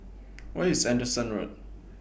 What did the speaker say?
Where IS Anderson Road